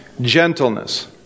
gentleness